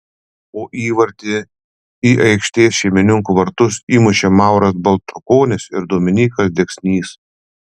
po įvartį į aikštės šeimininkų vartus įmušė mauras baltrukonis ir dominykas deksnys